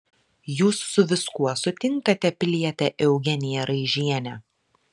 jūs su viskuo sutinkate piliete eugenija raižiene